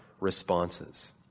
responses